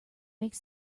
makes